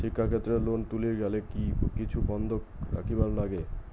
শিক্ষাক্ষেত্রে লোন তুলির গেলে কি কিছু বন্ধক রাখিবার লাগে?